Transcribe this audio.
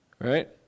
Right